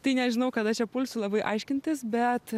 tai nežinau kada čia pulsiu labai aiškintis bet